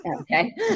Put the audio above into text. Okay